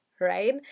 right